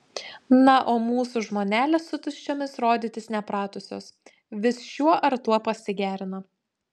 na o mūsų žmonelės su tuščiomis rodytis nepratusios vis šiuo ar tuo pasigerina